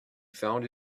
found